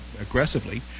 aggressively